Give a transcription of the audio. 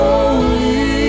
Holy